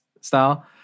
style